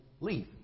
leave